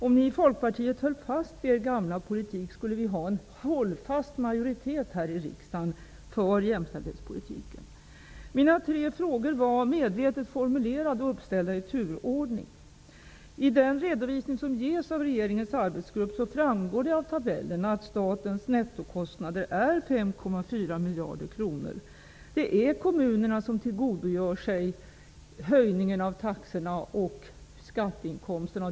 Om ni i Folkpartiet höll fast vid er gamla politik skulle det finnas en hållfast majoritet i riksdagen för jämställdhetspolitiken. Mina tre frågor var medvetet formulerade och uppställda i turordning. I den redovisning som regeringens arbetsgrupp gör framgår det att statens nettokostnader är 5,4 miljarder kronor. Det är kommunerna som tillgodogör sig höjningen av taxorna och skatteinkomsterna.